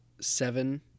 seven